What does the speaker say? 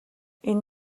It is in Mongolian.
энэ